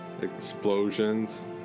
explosions